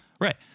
Right